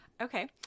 Okay